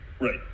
Right